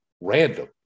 random